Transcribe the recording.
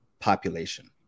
population